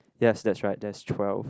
yes that's right that's twelve